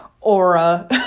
aura